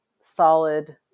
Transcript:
solid